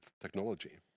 technology